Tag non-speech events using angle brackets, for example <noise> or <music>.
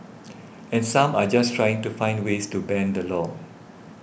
<noise> and some are just trying to find the ways to bend the law